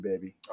baby